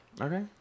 Okay